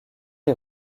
est